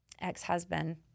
ex-husband